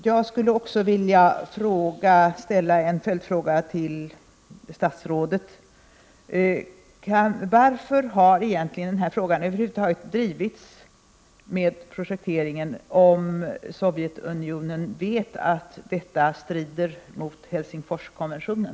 Jag skulle också vilja ställa en följdfråga till statsrådet: Varför har egentligen frågan om projekteringen över huvud taget drivits, om Sovjetunionen vet att brytningen strider mot Helsingforskonventionen?